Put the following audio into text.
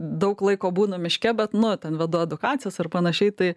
daug laiko būnu miške bet nu ten vedu edukacijas ar panašiai tai